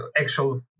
actual